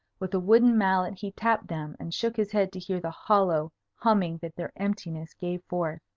with a wooden mallet he tapped them, and shook his head to hear the hollow humming that their emptiness gave forth.